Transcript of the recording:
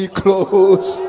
close